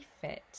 fit